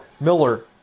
Miller